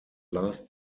last